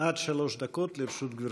עד שלוש דקות לרשות גברתי.